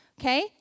Okay